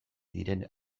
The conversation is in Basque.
diren